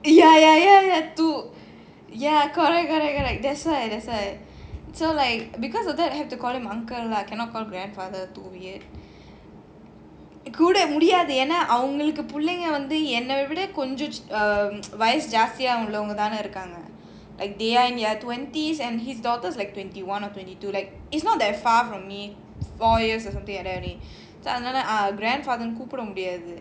ya ya ya ya two ya correct correct correct that's why that's why so like because of that I have to call him uncle lah cannot call grandfather too weird கூப்பிடமுடியாதுஏனாஅவங்களுக்குபுள்ளைங்கவந்துஎன்னவிடவயசுஜாஸ்தியாத்தானேஇருக்காங்க:koopda mudiathu yena avangaluku pullainga vandhu enna vida vayasu jasthiyathane irukanga like they are in their twenties and his daughters like twenty one or twenty two like it's not that far from me four years or something like that only அதனால:adhanala grandfather கூப்பிடமுடியாது:koopda mudiathu